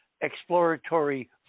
exploratory